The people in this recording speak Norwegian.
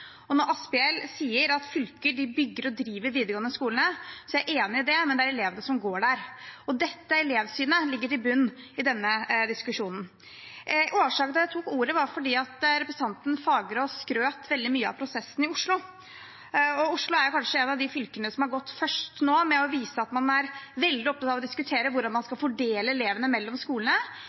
Og når representanten Asphjell sier at fylker bygger og driver de videregående skolene, er jeg enig i det, men det er elevene som går der. Dette elevsynet ligger i bunnen i denne diskusjonen. Årsaken til at jeg tok ordet, var at representanten Fagerås skrøt veldig mye av prosessen i Oslo. Oslo er kanskje et av de fylkene som har gått først med å vise at man er veldig opptatt av å diskutere hvordan man skal fordele elevene mellom skolene,